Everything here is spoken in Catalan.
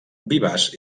vivaç